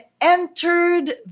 entered